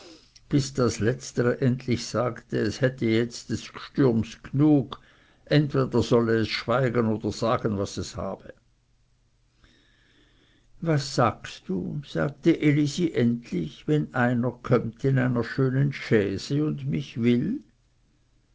bis das letztere sagte es hätte jetzt des gstürms genug entweder solle es schweigen oder sagen was es habe was sagst du sagte elisi endlich wenn einer kommt in einer schönen chaise und mich will